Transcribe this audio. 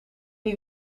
die